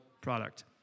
product